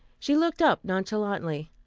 she looked up nonchalantly.